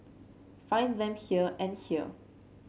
find them here and here